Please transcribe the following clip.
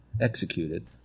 executed